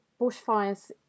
bushfires